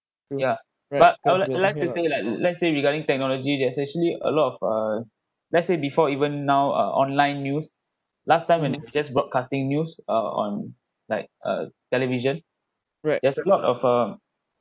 ya I would like would like let's say regarding technology there's actually a lot of uh let's say before even now uh online news last time when it just broadcasting news uh on like uh television there's a lot of um